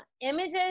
images